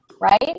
right